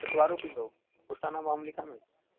चत्वारौ kilo उष्टानामहं लिखामि